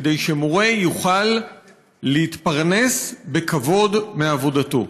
כדי שמורה יוכל להתפרנס בכבוד מעבודתו.